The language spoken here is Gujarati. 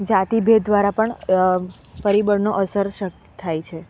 જાતિ ભેદ વારા પણ પરિબળનો અસર સક થાય છે